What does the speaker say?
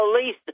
police